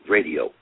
Radio